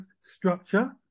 structure